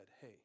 hey